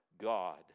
God